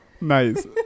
Nice